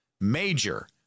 major